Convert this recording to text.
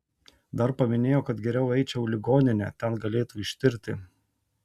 dar paminėjo kad geriau eičiau į ligoninę ten galėtų ištirti